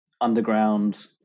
underground